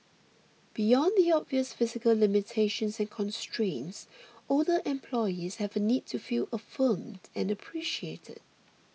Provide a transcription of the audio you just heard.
beyond the obvious physical limitations and constraints older employees have a need to feel affirmed and appreciated